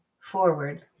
forward